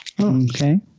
Okay